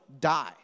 die